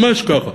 ממש ככה.